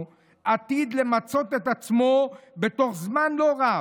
עתיד למצות את עצמו בתוך זמן לא רב".